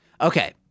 Okay